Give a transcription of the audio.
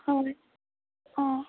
হয় অঁ